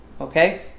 Okay